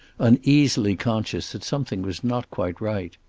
uneasily conscious that something was not quite right.